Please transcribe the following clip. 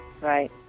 Right